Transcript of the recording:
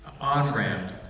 on-ramp